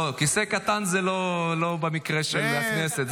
לא, כיסא קטן זה לא במקרה של הכנסת.